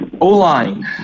O-line